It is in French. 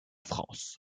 france